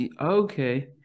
Okay